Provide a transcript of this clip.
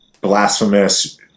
blasphemous